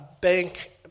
bank